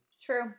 True